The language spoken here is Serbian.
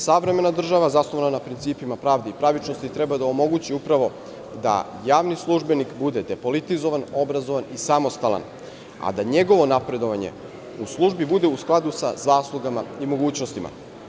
Savremena država, zasnovana na principima pravde i pravičnosti, treba da omogući upravo da javni službenik bude depolitizovan, obrazovan i samostalan, a da njegovo napredovanje u službi bude u skladu sa zaslugama i mogućnostima.